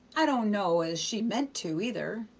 i do' know as she meant to, either.